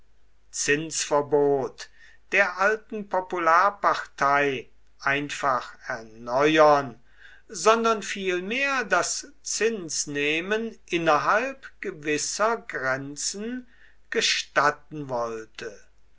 zinsverbot der alten popularpartei einfach erneuern sondern vielmehr das zinsnehmen innerhalb gewisser grenzen gestatten wollte